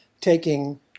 taking